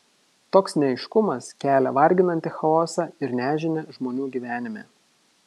toks neaiškumas kelia varginantį chaosą ir nežinią žmonių gyvenime